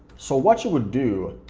so what you would do,